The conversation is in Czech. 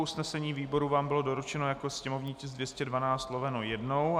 Usnesení výboru vám bylo doručeno jako sněmovní tisk 212/1.